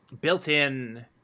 built-in